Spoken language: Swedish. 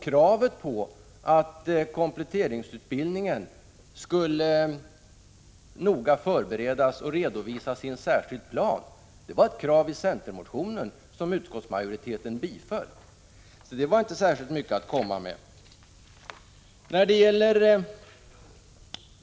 Kravet på att kompletteringsutbildningen skulle noga förberedas och redovisas i en särskild plan var ett krav i den centermotion som utskottsmajoriteten biträdde. Detta var således inte särskilt mycket att komma med.